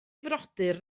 frodyr